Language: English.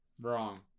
Wrong